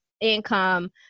income